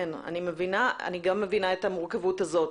כן, אני מבינה, אני גם מבינה את המורכבות הזאת.